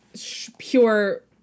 pure